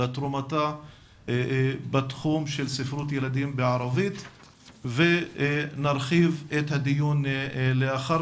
לתרומתה בתחום של ספרות ילדים בערבית ונרחיב את הדיון לאחר